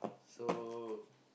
so